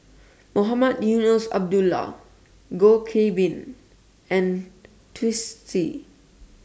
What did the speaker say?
Mohamed Eunos Abdullah Goh Qiu Bin and Twisstii